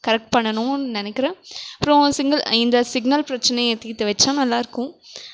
correct பண்ணனும்ன்னு நினைக்கிறேன் அப்புறம் சிங்கிள் இந்த சிக்னல் பிரச்சனையை தீர்த்து வச்சா நல்லாயிருக்கும்